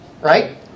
right